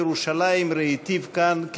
ישיב להם השר לענייני ירושלים, ראיתיו כאן.